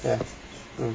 ya mm